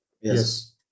Yes